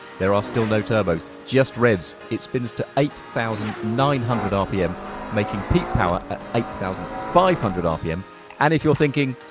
there are still no turbos, just revs, it spins to eight thousand nine hundred rpm making peak power at eight thousand five hundred rpm and if you're thinking